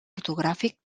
ortogràfic